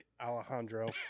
Alejandro